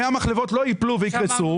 100 מחלבות לא יפלו ויקרסו.